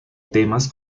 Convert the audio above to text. temas